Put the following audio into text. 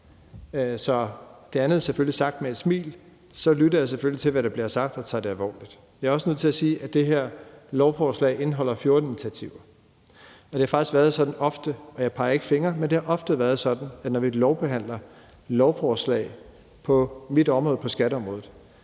Så det andet er selvfølgelig sagt med et smil, og jeg lytter selvfølgelig til, hvad der bliver sagt, og tager det alvorligt. Jeg er også nødt til at sige, at det her lovforslag indeholder 14 initiativer. Det har faktisk været sådan ofte – og jeg peger ikke fingre – at når vi lovbehandler lovforslag på mit område, på skatteområdet,